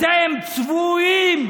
אתם צבועים,